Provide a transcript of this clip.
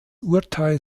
urteil